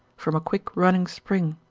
from a quick running spring,